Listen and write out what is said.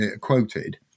quoted